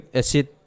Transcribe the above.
acid